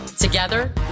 Together